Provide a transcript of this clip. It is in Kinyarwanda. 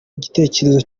igitekerezo